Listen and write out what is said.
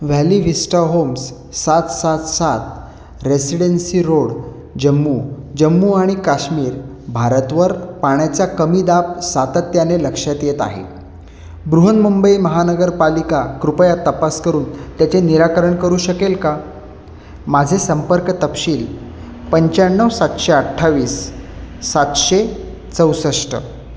valley vista homes सात सात सात रेसिडेन्सी रोड जम्मू जम्मू आणि काश्मीर भारतवर पाण्याचा कमी दाब सातत्याने लक्षात येत आहे बृहन मुंबई महानगरपालिका कृपया तपास करून त्याचे निराकरण करू शकेल का माझे संपर्क तपशील पंच्याण्णव सातशे अठ्ठावीस सातशे चौसष्ट